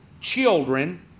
children